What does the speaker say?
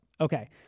Okay